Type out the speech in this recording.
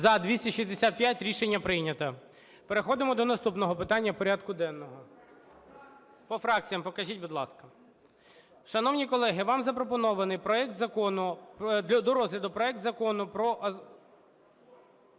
За-265 Рішення прийнято. Переходимо до наступного питання порядку денного. По фракціям покажіть, будь ласка. Шановні колеги, вам запропонований до розгляду проект Закону про